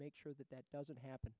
make sure that that doesn't happen